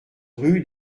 rue